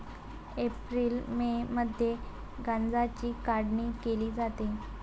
April May मध्ये गांजाची काढणी केली जाते